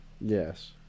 Yes